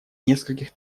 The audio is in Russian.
нескольких